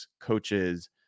coaches